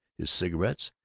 his cigarettes,